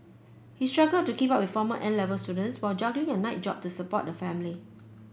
he struggled to keep up with former N Level students while juggling a night job to support the family